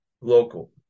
local